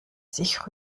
sich